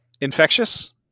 infectious